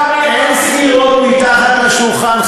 אין סיעות מתחת לשולחן,